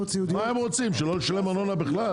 לא לשלם ארנונה בכלל?